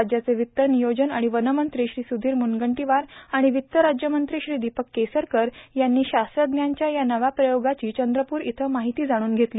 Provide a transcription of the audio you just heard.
राज्याचे वित्त नियोजन आणि वनमंत्री श्री सुधीर मुनगंदीवार आणि वित्त राज्यमंत्री श्री दिपक केसरकर यांनी शास्त्रज्ञानांच्या या नव्या प्रयोगाची चंद्रपूर इथं माहिती जाणून घेतली